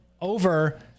over